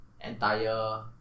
entire